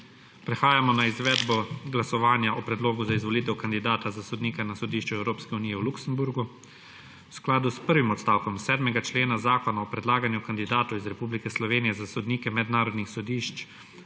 Prehajamo na izvedbo glasovanja o Predlogu za izvolitev kandidata za sodnika na Sodišču Evropske unije v Luksemburgu. V skladu s prvim odstavkom 7. člena Zakona o predlaganju kandidatov iz Republike Slovenije za sodnike mednarodnih sodišč